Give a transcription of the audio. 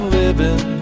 living